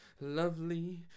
Lovely